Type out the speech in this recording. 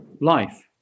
life